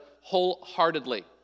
wholeheartedly